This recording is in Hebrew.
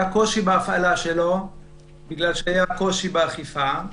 קושי בהפעלה שלו בגלל שהיה קושי באכיפה.